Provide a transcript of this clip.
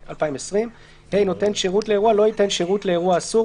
התש"ף-2020; (ה) נותן שירות לאירוע לא ייתן שירות לאירוע אסור,